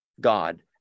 God